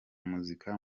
muzika